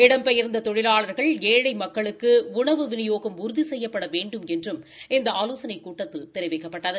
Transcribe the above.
இடம்பெயர்ந்த தொழிலாளாக்ள் ஏழை மக்களுக்கு உணவு விநியோகம் உறுதி செய்யப்பட வேண்டும் என்றும் இந்த ஆலோசனைக் கூட்டத்தில் தெரிவிக்கப்பட்டது